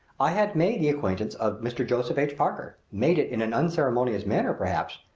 i had made the acquaintance of mr. joseph h. parker made it in an unceremonious manner, perhaps,